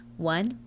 One